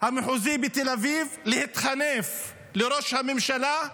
המחוזי בתל אביב, להתחנף לראש הממשלה.